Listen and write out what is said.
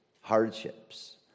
hardships